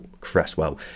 Cresswell